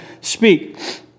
speak